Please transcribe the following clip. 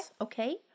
Okay